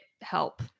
help